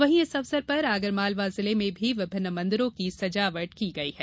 वहीं इस अवसर पर आगर मालवा जिले में भी विभिन्न मंदिरों की सजावट की गई है